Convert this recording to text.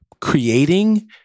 creating